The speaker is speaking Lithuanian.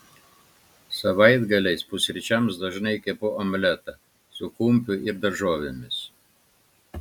savaitgaliais pusryčiams dažnai kepu omletą su kumpiu ir daržovėmis